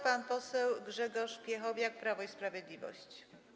Pan poseł Grzegorz Piechowiak, Prawo i Sprawiedliwość.